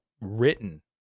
written